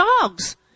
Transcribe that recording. dogs